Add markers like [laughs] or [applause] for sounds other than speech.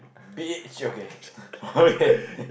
beach okay [laughs] okay